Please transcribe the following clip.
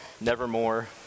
Nevermore